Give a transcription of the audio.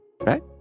right